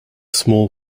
small